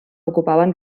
ocupaven